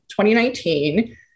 2019